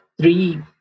three